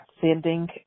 sending